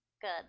Good